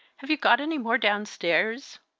have you got any more downstairs?